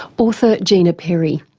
author gina perry.